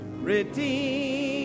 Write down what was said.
Redeemed